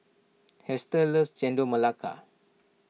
Hester loves Chendol Melaka